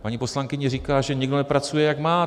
Paní poslankyně říká, že někdo nepracuje, jak má.